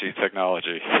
technology